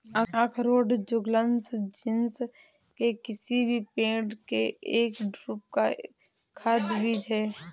अखरोट Juglans genus के किसी भी पेड़ के एक ड्रूप का खाद्य बीज है